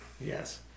Yes